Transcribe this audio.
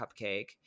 Cupcake